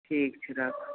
ठीक छै राखू